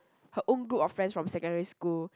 her own group of friends from secondary school